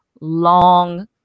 long